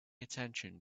attention